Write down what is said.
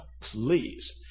please